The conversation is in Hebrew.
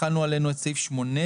החלנו עלינו את 18א,